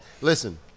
Listen